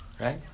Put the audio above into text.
right